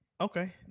Okay